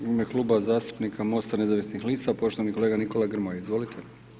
U ime Kluba zastupnika Mosta nezavisnih lista, poštovani kolega Nikola Grmoja, izvolite.